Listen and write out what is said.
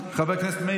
חבר הכנסת דני דנון,